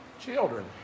Children